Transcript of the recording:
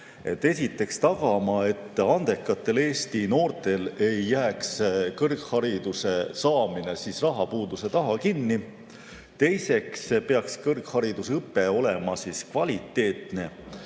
Esiteks tagama, et andekatel Eesti noortel ei jääks kõrghariduse saamine rahapuuduse taha kinni. Teiseks peaks kõrgharidusõpe olema kvaliteetne.